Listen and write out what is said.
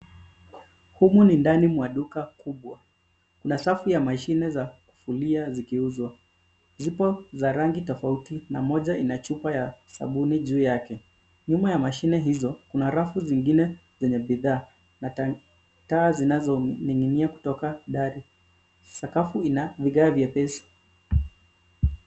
Humu ni ndani mwa duka kubwa na safu ya mashine ya kufulia zikiuzwa. Zipo za rangi tofauti na moja ina chupa ya sabuni juu yake. Nyuma ya mashine hizo, kuna rafu zingine zenye bidhaa . Taa zinazoning'inia kutoka dari. Sakafu ina vigae vyepesi.